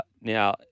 Now